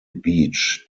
beach